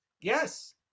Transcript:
Yes